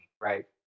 right